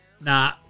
Nah